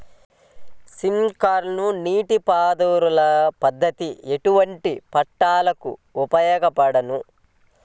Sprinkler నీటిపారుదల పద్దతి ఎటువంటి పంటలకు ఉపయోగపడును?